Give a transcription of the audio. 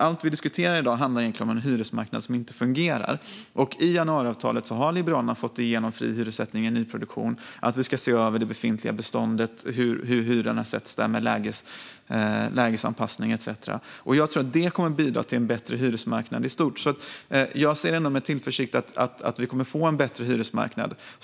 Allt vi diskuterar i dag handlar egentligen om en hyresmarknad som inte fungerar. I januariavtalet har Liberalerna fått igenom fri hyressättning i nyproduktion. Vi ska se över det befintliga beståndet och hur hyrorna sätts där med lägesanpassning etcetera. Jag tror att det kommer att bidra till en bättre hyresmarknad i stort. Jag ser med tillförsikt på att vi kommer att få en bättre hyresmarknad.